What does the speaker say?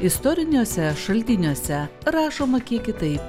istoriniuose šaltiniuose rašoma kiek kitaip